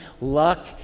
luck